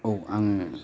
औ आङो